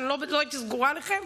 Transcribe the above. לא הייתי סגורה עליכם,